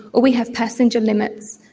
or we have passenger limits.